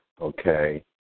Okay